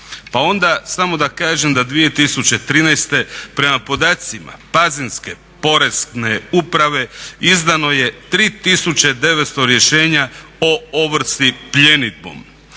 Pa onda samo da kažem da 2013. prema podacima pazinske Porezne uprave izdano je 3900 rješenja o ovrsi pljenidbom.